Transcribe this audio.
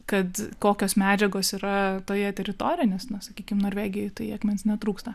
kad kokios medžiagos yra toje teritorijoje nes na sakykim norvegijoj tai akmens netrūksta